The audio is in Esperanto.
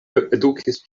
edukis